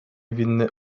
winny